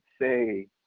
say